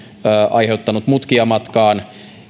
aiheuttanut mutkia matkaan